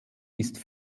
ist